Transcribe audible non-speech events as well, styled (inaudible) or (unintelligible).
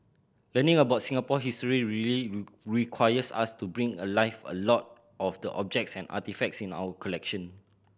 learning about Singapore history really (unintelligible) requires us to bring alive a lot of the objects and artefacts in our collection